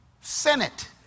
senate